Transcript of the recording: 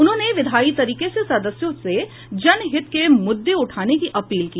उन्होंने विधायी तरीके से सदस्यों से जनहित के मुद्दे उठाने की अपील की